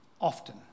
often